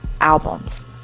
albums